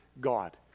God